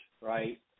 right